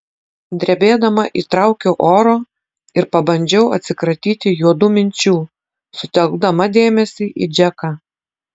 drebėdama įtraukiau oro ir pabandžiau atsikratyti juodų minčių sutelkdama dėmesį į džeką